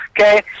Okay